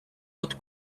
oat